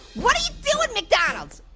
what are you doing, mcdonald's?